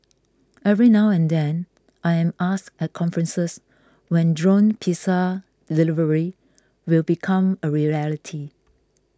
every now and then I am asked at conferences when drone pizza delivery will become a reality